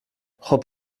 خوب